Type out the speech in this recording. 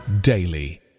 daily